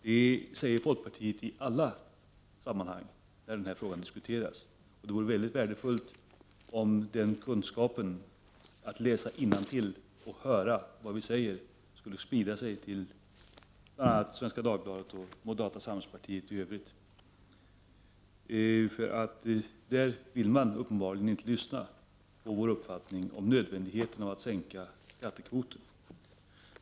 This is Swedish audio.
Det säger folkpartiet i alla sammanhang där den här frågan diskuteras. Det vore värdefullt om kunskapen att läsa innantill och att höra vad vi säger spred sig till bl.a. Svenska Dagbladet och moderata samlingspartiet i övrigt. Man vill uppenbarligen inte lyssna på vår uppfattning om nödvändigheten av att sänka skattekvoten.